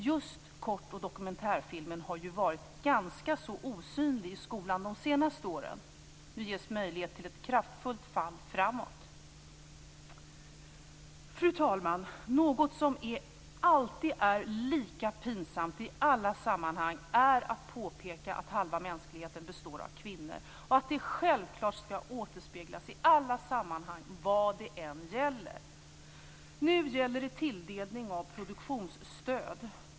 Just kort och dokumentärfilmen har ju varit ganska så osynlig i skolan de senaste åren. Nu ges möjlighet till ett kraftfullt fall framåt. Fru talman! Något som alltid är lika pinsamt i alla sammanhang är att påpeka att halva mänskligheten består av kvinnor och att det självklart ska återspeglas i alla sammanhang vad det än gäller. Nu gäller det tilldelning av produktionsstöd.